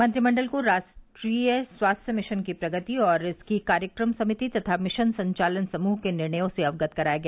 मंत्रिमंडल को राष्ट्रीय स्वास्थ्य मिशन की प्रगति और इसकी कार्यक्रम समिति तथा मिशन संचालन समूह के निर्णयों से अवगत कराया गया